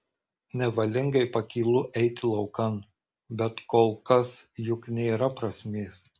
nevalingai pakylu eiti laukan bet kol kas juk nėra prasmės